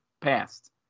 passed